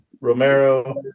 Romero